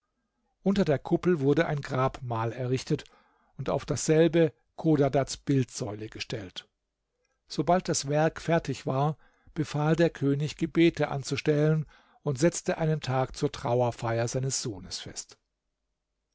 unter der kuppel wurde ein grabmal errichtet und auf dasselbe chodadads bildsäule gestellt sobald das werk fertig war befahl der könig gebete anzustellen und setzte einen tag zur trauerfeier seines sohnes fest